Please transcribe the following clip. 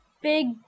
big